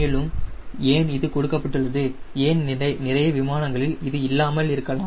மேலும் ஏன் இது கொடுக்கப்பட்டுள்ளது ஏன் நிறைய விமானங்களில் இது இல்லாமல் இருக்கலாம்